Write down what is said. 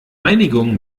reinigung